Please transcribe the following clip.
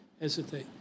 hesitate